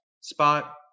spot